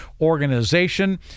organization